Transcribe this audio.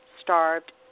starved